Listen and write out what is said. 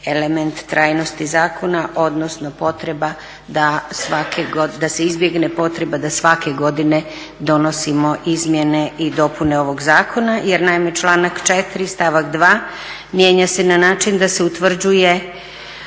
element trajnosti zakona, odnosno potreba da svake, da se izbjegne potreba da svake godine donosimo izmjene i dopune ovog zakona. Jer naime, članak 4. stavak 2. mijenja se na način da se utvrđuje